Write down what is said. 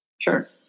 Sure